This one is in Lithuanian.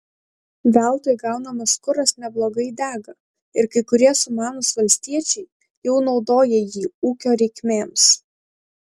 veltui gaunamas kuras neblogai dega ir kai kurie sumanūs valstiečiai jau naudoja jį ūkio reikmėms